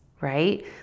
right